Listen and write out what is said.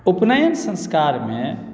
उपनयन संस्कारमे